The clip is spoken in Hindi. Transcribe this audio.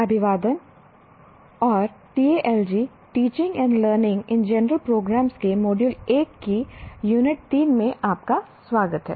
अभिवादन और TALG teaching and learning in general programmes के मॉड्यूल 1 की यूनिट 3 में आपका स्वागत है